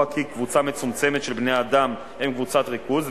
כי קבוצה מצומצמת של בני אדם הם קבוצת ריכוז,